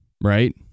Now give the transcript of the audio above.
right